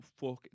Fuck